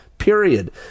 Period